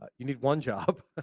you need one job,